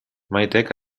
maitek